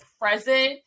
present